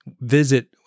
visit